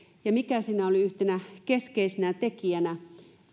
ja se mikä siinä oli yhtenä keskeisenä tekijänä